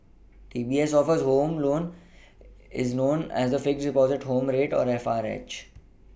DBS' home loan is known as the fixed Deposit home rate or F R H